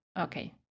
Okay